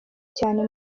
cyane